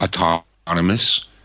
autonomous